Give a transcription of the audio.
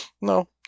No